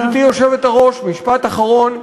גברתי היושבת-ראש, משפט אחרון.